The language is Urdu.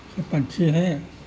یہ پنچھی ہیں